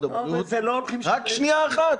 הבריאות ------ רק שנייה אחת.